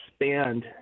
expand